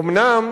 אומנם,